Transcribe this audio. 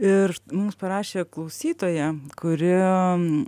ir mums parašė klausytoja kuri